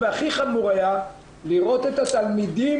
הכי חמור היה לראות את התלמידים,